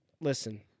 Listen